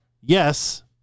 Yes